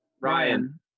Ryan